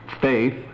faith